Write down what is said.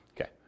Okay